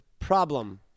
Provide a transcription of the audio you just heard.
Problem